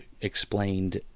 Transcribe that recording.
explained